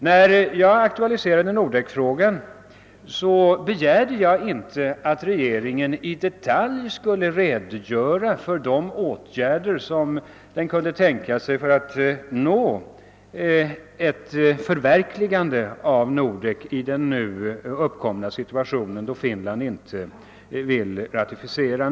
När jag aktualiserade Nordekfrågan begärde jag inte att regeringen i detalj skulle redogöra för de åtgärder som den kan tänka sig vidta för att förverkliga Nordek i den nu uppkomna situationen, då Finland inte vill ratificera.